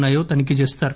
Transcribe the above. ఉన్నాయో తనిఖీ చేస్తారు